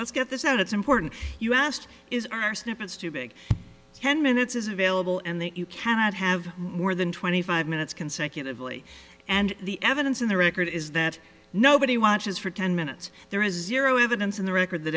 let's get this out it's important you asked is our snippets too big ten minutes is available and that you cannot have more than twenty five minutes consecutively and the evidence in the record is that nobody watches for ten minutes there is zero evidence in the record that